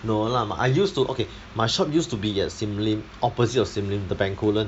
no lah mm I used to okay my shop used to be at sim lim opposite of sim lim the bencoolen